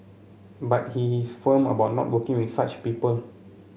but he is firm about not working with such people